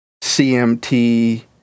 CMT